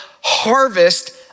harvest